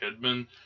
Kidman